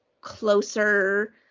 closer